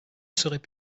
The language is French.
serait